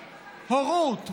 הורות,